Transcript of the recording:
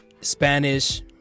Spanish